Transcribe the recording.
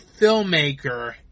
filmmaker